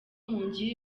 mungire